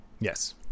yes